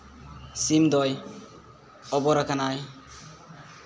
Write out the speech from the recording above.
ᱥᱤᱢ ᱫᱚᱭ ᱚᱵᱚᱨᱟᱠᱟᱱᱟᱭ